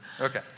Okay